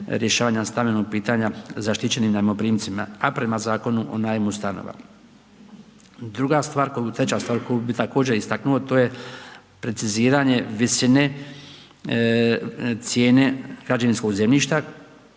rješavanja stambenog pitanja zaštićenim najmoprimcima a prema Zakonu o najmu stanova. Druga stvar, treća stvar koju bih također istaknuo to je preciziranje visine cijene građevinskog zemljišta